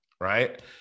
Right